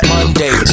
Monday